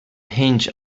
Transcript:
hinge